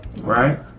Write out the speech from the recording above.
right